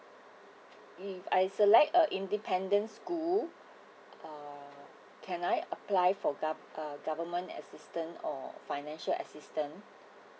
mm I select a independence school uh can I apply for gov~ uh government assistance or financial assistance